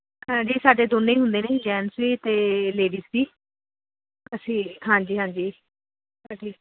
ਜੀ ਸਾਡੇ ਦੋਨੇ ਹੀ ਹੁੰਦੇ ਨੇ ਜੈਨਸ ਵੀ ਅਤੇ ਲੇਡੀਜ ਵੀ ਅਸੀਂ ਹਾਂਜੀ ਹਾਂਜੀ ਅਸੀਂ